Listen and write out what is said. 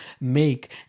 make